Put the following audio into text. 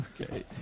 Okay